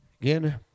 again